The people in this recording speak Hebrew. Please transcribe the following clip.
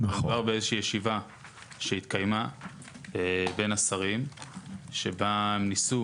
מדובר באיזושהי ישיבה שהתקיימה בין השרים שבה ניסו